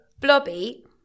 Blobby